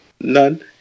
None